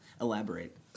Elaborate